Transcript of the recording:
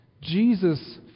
Jesus